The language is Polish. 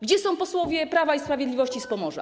Gdzie są posłowie Prawa i Sprawiedliwości z Pomorza?